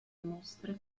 mostre